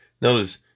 Notice